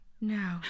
No